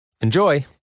Enjoy